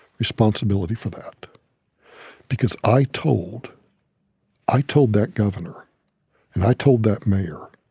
responsibility for that because i told i told that governor and i told that mayor.